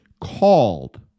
called